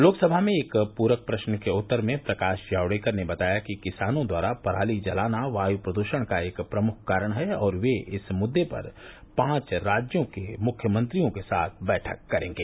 लोकसभा में एक पूरक प्रश्न के उत्तर में प्रकाश जायडेकर ने बताया कि किसानों द्वारा पराली जलाना वायु प्रदूषण का एक प्रमुख कारण है और वे इस मुद्दे पर पांच राज्यों के मुख्यमंत्रियों के साथ बैठक करेंगे